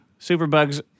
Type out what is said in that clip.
superbugs